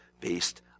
based